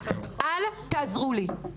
אל תעזרו לי.